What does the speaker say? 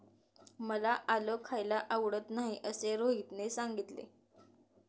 मला आलं खायला आवडत नाही असे रोहितने सांगितले